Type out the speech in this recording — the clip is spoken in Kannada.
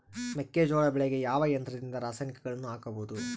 ಮೆಕ್ಕೆಜೋಳ ಬೆಳೆಗೆ ಯಾವ ಯಂತ್ರದಿಂದ ರಾಸಾಯನಿಕಗಳನ್ನು ಹಾಕಬಹುದು?